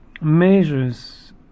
measures